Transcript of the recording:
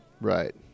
Right